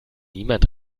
niemand